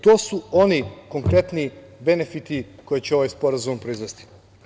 To su oni konkretni benefiti koje će ovaj sporazum proizvesti.